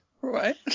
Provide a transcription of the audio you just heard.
Right